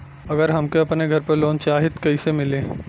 अगर हमके अपने घर पर लोंन चाहीत कईसे मिली?